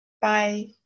Bye